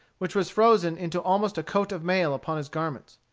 which was frozen into almost a coat of mail upon his garments.